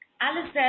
Alice